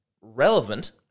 relevant